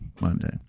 Monday